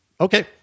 okay